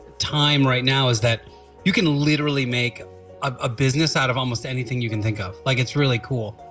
time right now is that you can literally make a business out of almost anything you can think of, like it's really cool.